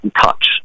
touch